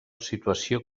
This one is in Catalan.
situació